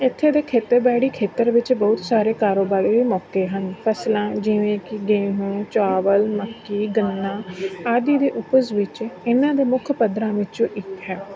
ਇੱਥੇ ਦੇ ਖੇਤੀਬਾੜੀ ਖੇਤਰ ਵਿੱਚ ਬਹੁਤ ਸਾਰੇ ਕਾਰੋਬਾਰੀ ਮੌਕੇ ਹਨ ਫਸਲਾਂ ਜਿਵੇਂ ਕਿ ਗੇਹੂੰ ਚਾਵਲ ਮੱਕੀ ਗੰਨਾ ਆਦਿ ਦੀ ਉਪਜ ਵਿੱਚ ਇਹਨਾਂ ਦੇ ਮੁੱਖ ਪੱਧਰਾਂ ਵਿੱਚੋਂ ਇੱਕ ਹੈ